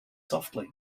softly